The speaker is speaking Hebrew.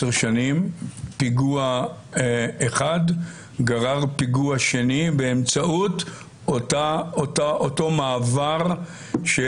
שנים פיגוע אחד גרר פיגוע שני באמצעות אותו מעבר של